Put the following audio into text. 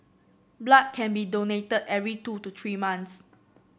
blood can be donated every two to three months